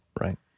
Right